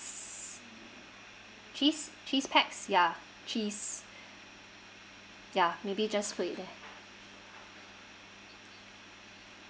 cheese cheese pack ya cheese ya maybe just put it there